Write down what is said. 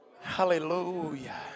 hallelujah